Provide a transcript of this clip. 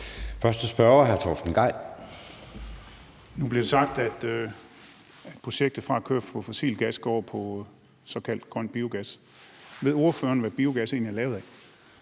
Torsten Gejl. Kl. 20:06 Torsten Gejl (ALT): Nu bliver der sagt, at projektet fra at køre på fossil gas går over på såkaldt grøn biogas. Ved ordføreren, hvad biogas egentlig er lavet af?